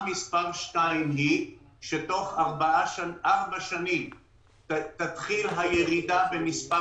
שנייה היא שתוך ארבע שנים תתחיל ירידה במספר